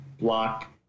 block